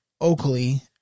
Oakley